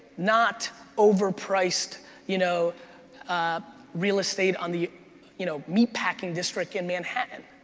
not overpriced you know ah real estate on the you know meatpacking district in manhattan.